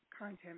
Content